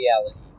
reality